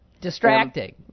Distracting